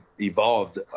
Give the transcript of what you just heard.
evolved